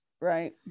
Right